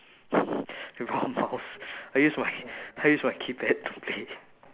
without a mouse I use my I use my keypad to play